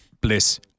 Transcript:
Bliss